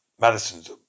Madison's